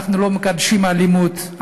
אנחנו לא מקדשים אלימות,